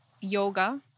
yoga